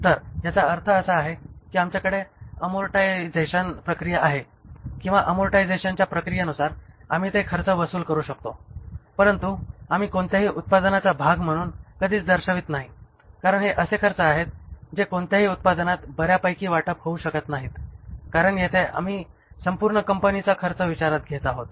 तर याचा अर्थ असा आहे की आमच्याकडे अमोर्टायजेशन प्रक्रिया आहे किंवा अमोर्टायजेशनच्या प्रक्रियेनुसार आम्ही ते खर्च वसूल करू शकतो परंतु आम्ही कोणत्याही उत्पादनाचा भाग म्हणून कधीच दर्शवित नाही कारण हे असे खर्च आहेत जे कोणत्याही उत्पादनास बऱ्यापैकी वाटप होऊ शकत नाहीत कारण येथे आम्ही संपूर्ण कंपनीचा खर्च विचारात घेत आहोत